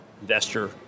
investor